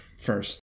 first